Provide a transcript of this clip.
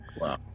Wow